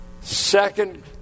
Second